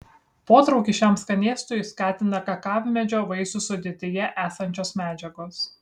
potraukį šiam skanėstui skatina kakavmedžio vaisių sudėtyje esančios medžiagos